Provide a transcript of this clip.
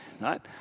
right